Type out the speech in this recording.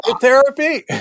therapy